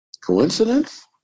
Coincidence